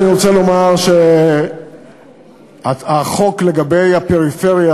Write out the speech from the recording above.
אני רוצה לומר שהחוק לגבי הפריפריה,